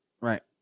Right